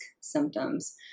symptoms